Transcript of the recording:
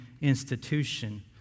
institution